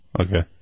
Okay